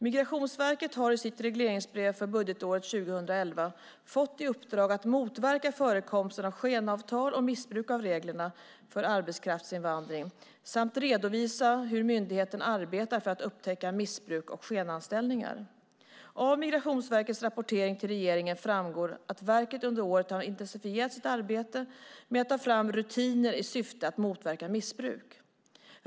Migrationsverket har i sitt regleringsbrev för budgetåret 2011 fått i uppdrag att motverka förekomsten av skenavtal och missbruk av reglerna för arbetskraftsinvandring samt redovisa hur myndigheten arbetar för att upptäcka missbruk och skenanställningar. Av Migrationsverkets rapportering till regeringen framgår att verket under året har intensifierat sitt arbete med att ta fram rutiner i syfte att motverka missbruk.